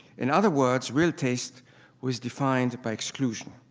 in other words, real taste was defined by exclusion.